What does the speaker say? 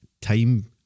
time